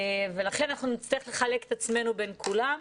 ולכן אנחנו נצטרך לחלק את עצמנו בין כולם.